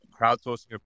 crowdsourcing